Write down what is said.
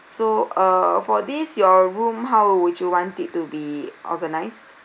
so uh for this your room how would you want it to be organised